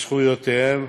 בזכויותיהם,